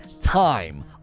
time